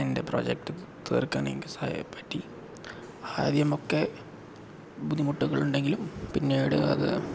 എൻ്റെ പ്രൊജക്റ്റ് തീർക്കാൻ എനിക്ക് സാ പറ്റി ആദ്യമൊക്കെ ബുദ്ധിമുട്ടുകൾ ഉണ്ടെങ്കിലും പിന്നീട് അത്